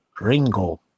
Ringo